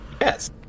Yes